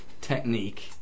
technique